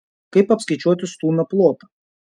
kaip apskaičiuoti stūmio plotą